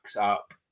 up